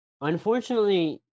Unfortunately